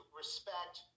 respect